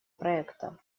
проекта